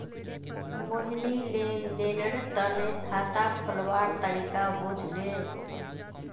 मोहिनी लेन देनेर तने खाता खोलवार तरीका पूछले